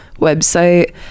website